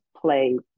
play